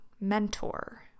mentor